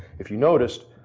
if you noticed,